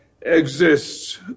exists